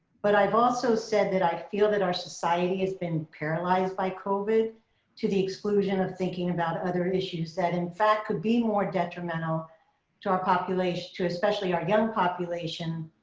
but i've also said that i feel that our society has been paralyzed by covid to the exclusion of thinking about other issues that in fact, could be more detrimental to our population, to especially our young population,